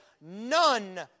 none